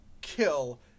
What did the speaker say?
kill